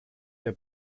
der